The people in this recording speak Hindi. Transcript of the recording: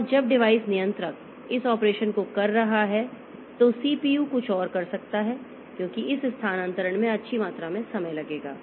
और जब डिवाइस नियंत्रक इस ऑपरेशन को कर रहा है तो सीपीयू कुछ और कर सकता है क्योंकि इस स्थानांतरण में अच्छी मात्रा में समय लगेगा